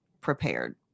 prepared